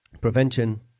prevention